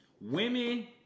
Women